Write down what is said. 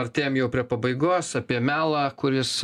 artėjam jau prie pabaigos apie melą kuris